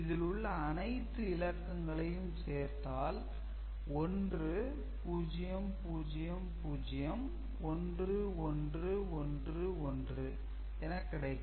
இதில் உள்ள அனைத்து இலக்கங்களையும் சேர்த்தால் 1 0 0 0 1 1 1 1 என கிடைக்கும்